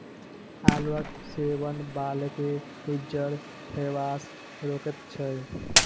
आलूक सेवन बालकेँ उज्जर हेबासँ रोकैत छै